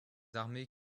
armées